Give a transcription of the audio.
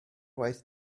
waith